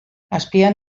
azpian